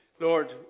Lord